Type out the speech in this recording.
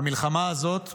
והמלחמה הזאת פרצה.